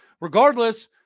Regardless